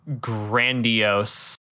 grandiose